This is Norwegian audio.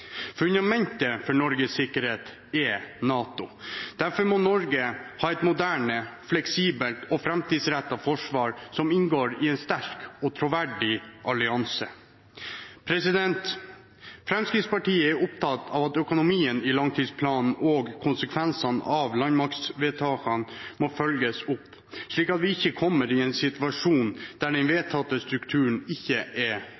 Fundamentet for Norges sikkerhet er NATO. Derfor må Norge ha et moderne, fleksibelt og framtidsrettet forsvar, som inngår i en sterk og troverdig allianse. Fremskrittspartiet er opptatt av at økonomien i langtidsplanen og konsekvensene av landmaktvedtakene må følges opp, slik at vi ikke kommer i en situasjon der den vedtatte strukturen ikke er